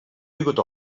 begut